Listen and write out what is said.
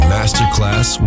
Masterclass